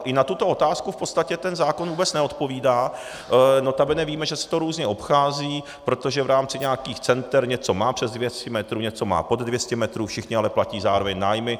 I na tuto otázku v podstatě zákon vůbec neodpovídá, notabene víme, že se to různě obchází, protože v rámci nějakých center něco má přes 200 metrů, něco má pod 200 metrů, všichni ale platí zároveň nájmy.